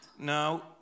No